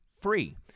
free